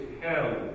hell